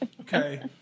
okay